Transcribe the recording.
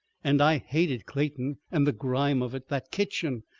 and i hated clayton and the grime of it. that kitchen!